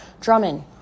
Drummond